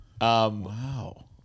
Wow